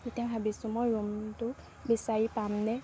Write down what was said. তেতিয়া ভাবিছোঁ মই ৰুমটো বিচাৰি পামনে